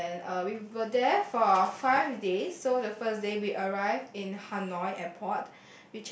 and uh we were there for five days so the first day we arrived in Hanoi Airport